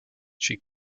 she